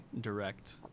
direct